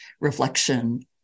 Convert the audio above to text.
reflection